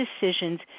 decisions